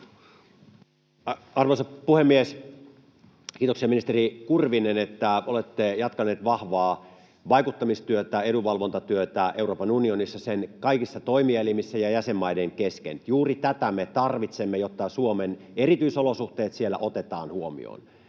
Arvoisa puhemies! Kiitoksia, ministeri Kurvinen, että olette jatkanut vahvaa vaikuttamistyötä ja edunvalvontatyötä Euroopan unionissa, sen kaikissa toimielimissä ja jäsenmaiden kesken. Juuri tätä me tarvitsemme, jotta Suomen erityisolosuhteet siellä otetaan huomioon,